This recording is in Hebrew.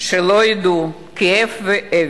שלא ידעו כאב,